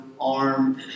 arm